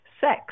Sex